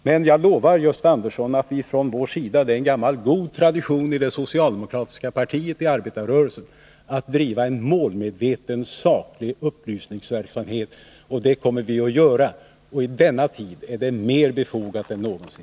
Men jag lovar Gösta Andersson, och det är en gammal god tradition i det socialdemokratiska partiet och arbetarrörelsen, 33 I att driva en målmedveten saklig upplysningsverksamhet. Och det kommer vi att fortsätta med. I denna tid är det mer befogat än någonsin.